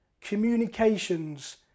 communications